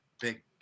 big